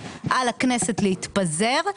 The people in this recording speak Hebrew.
על הכנסת להתפזר,